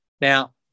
Now